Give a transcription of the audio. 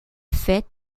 fait